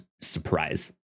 surprise